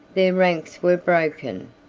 their ranks were broken,